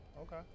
Okay